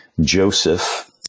Joseph